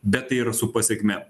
bet tai yra su pasėkme a